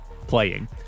playing